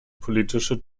politische